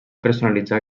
personalitzar